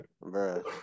bro